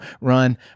run